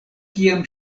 kiam